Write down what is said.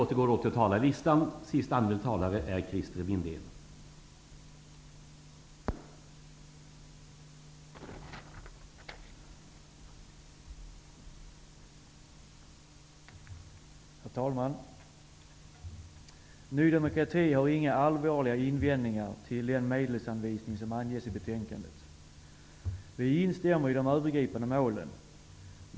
Herr talman! Ny demokrati har inga allvarliga invändningar mot den medelsanvisning som anges i betänkandet. Vi instämmer i de övergripande målen.